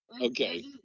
Okay